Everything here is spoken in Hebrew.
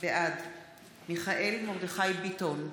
בעד מיכאל מרדכי ביטון,